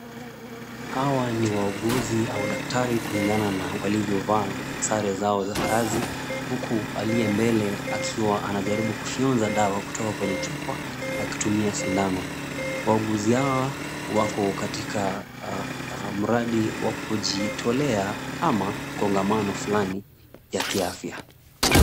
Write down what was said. Hawa ni wauguzi au daktari kulingana na walivyovaa sare zao za kazi huku aliye mbele akiwa anajaribu kufyonza dawa kutoka kwenye chupa, akitumia sindano. Wauguzi hawa wako katika mradi wa kujitolea ama kongamano fulani ya kiafya.